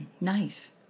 nice